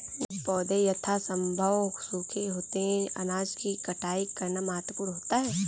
जब पौधे यथासंभव सूखे होते हैं अनाज की कटाई करना महत्वपूर्ण होता है